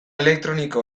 elektroniko